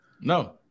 No